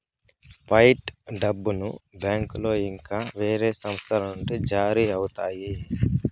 fight డబ్బును బ్యాంకులో ఇంకా వేరే సంస్థల నుండి జారీ అవుతాయి